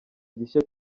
gishya